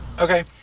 Okay